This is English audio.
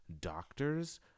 doctors